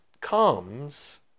comes